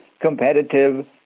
competitive